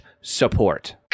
support